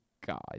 god